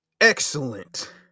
Excellent